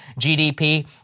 GDP